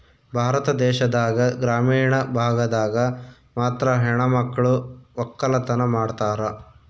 ಭಾರತ ದೇಶದಾಗ ಗ್ರಾಮೀಣ ಭಾಗದಾಗ ಮಾತ್ರ ಹೆಣಮಕ್ಳು ವಕ್ಕಲತನ ಮಾಡ್ತಾರ